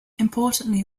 importantly